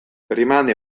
rimane